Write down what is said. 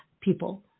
people